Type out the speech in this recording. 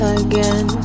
again